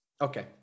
Okay